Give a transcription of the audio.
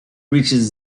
reaches